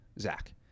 Zach